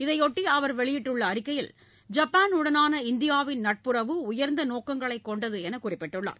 இதையொட்டி அவர் வெளியிட்டுள்ள அறிக்கையில் ஜப்பானுடனான இந்தியாவின் நட்புறவு உயர்ந்த நோக்கங்களை கொண்டது என்று குறிப்பிட்டுள்ளார்